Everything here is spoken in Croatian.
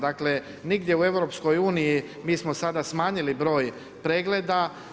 Dakle, nigdje u EU, mi smo sada smanjili broj pregleda.